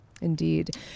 Indeed